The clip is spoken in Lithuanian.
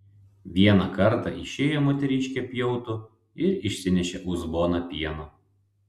vieną kartą išėjo moteriškė pjautų ir išsinešė uzboną pieno